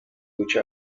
which